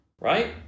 right